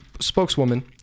spokeswoman